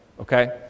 okay